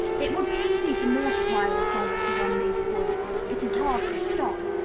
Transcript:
it would be easy to multiply authorities on these points. it is hard to stop.